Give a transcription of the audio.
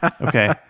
Okay